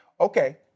Okay